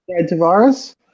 Tavares